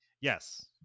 Yes